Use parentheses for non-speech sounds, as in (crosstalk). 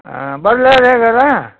ಹಾಂ ಬರ್ಲ ರೀ (unintelligible)